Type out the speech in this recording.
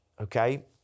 okay